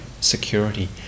security